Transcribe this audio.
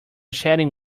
chatting